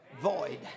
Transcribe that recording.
void